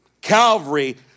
Calvary